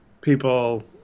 people